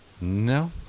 No